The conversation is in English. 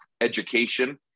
education